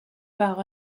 par